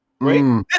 right